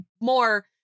more